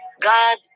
God